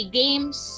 games